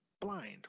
blind